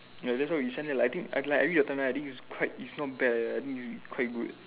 ya that's why we send that like I think like I read your timeline I think it's quite is not bad ah its quite good